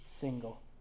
single